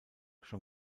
schon